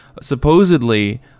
Supposedly